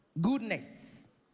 goodness